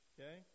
Okay